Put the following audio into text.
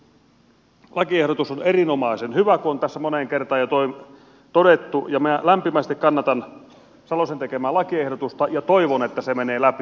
tämä lakiehdotus on erinomaisen hyvä kuten on tässä moneen kertaan jo todettu ja minä lämpimästi kannatan salosen tekemää lakiehdotusta ja toivon että se menee läpi